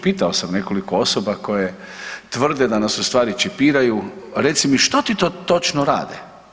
Pitao sam nekoliko osoba koje tvrde da nas ustvari čipiraju, reci mi, što ti to točno rade.